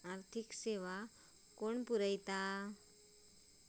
आर्थिक सेवा कोण पुरयता?